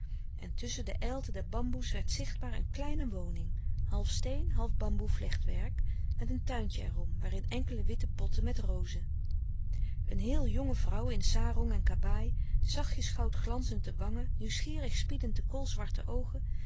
en tusschen de ijlte der bamboe's werd zichtbaar een kleine woning half steen half bamboe vlechtwerk met een tuintje er om waarin enkele witte potten met rozen een heel jonge vrouw in sarong en kabaai zachtjes goudglanzend de wangen nieuwsgierig spiedend de koolzwarte oogen